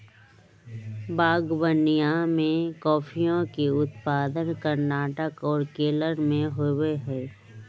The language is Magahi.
बागवनीया में कॉफीया के उत्पादन कर्नाटक और केरल में होबा हई